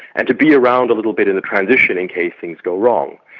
and to be around a little bit in the transition in case things go wrong.